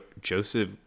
Joseph